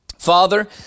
Father